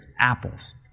apples